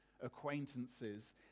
acquaintances